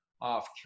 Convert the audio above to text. off